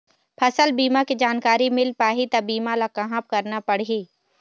फसल बीमा के जानकारी मिल पाही ता बीमा ला कहां करना पढ़ी?